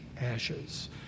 Ashes